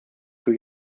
kui